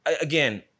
Again